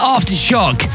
Aftershock